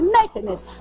nakedness